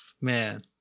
man